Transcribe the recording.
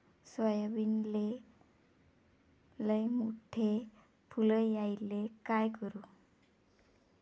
सोयाबीनले लयमोठे फुल यायले काय करू?